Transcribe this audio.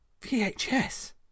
VHS